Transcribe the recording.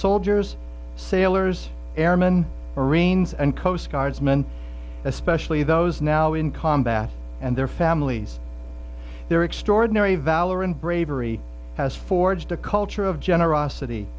soldiers sailors airmen marines and coast guardsmen especially those now in combat and their families their extraordinary valor and bravery has forged a culture of generosity